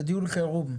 זה דיון חירום.